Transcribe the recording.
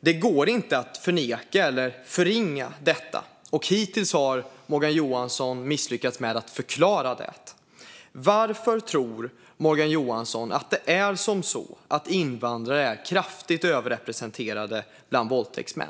Det går inte att förneka eller förringa detta, och hittills har Morgan Johansson misslyckats med att förklara det. Varför tror Morgan Johansson att invandrare är kraftigt överrepresenterade bland våldtäktsmän?